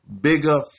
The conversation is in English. bigger